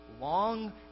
long